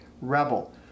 rebel